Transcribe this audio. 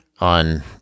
on